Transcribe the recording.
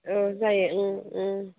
जायो